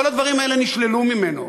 כל הדברים האלה נשללו ממנו,